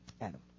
Adam